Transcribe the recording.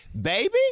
Baby